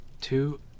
Two